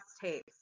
tapes